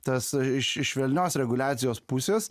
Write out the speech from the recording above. tas iš iš švelnios reguliacijos pusės